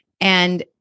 And-